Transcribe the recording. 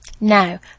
Now